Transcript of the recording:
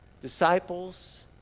disciples